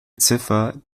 ziffer